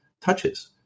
touches